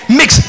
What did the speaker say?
mix